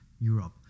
Europe